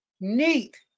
neat